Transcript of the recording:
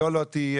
היה לא תהיה.